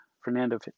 fernando